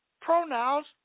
Pronouns